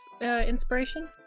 inspiration